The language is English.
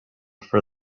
for